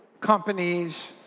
companies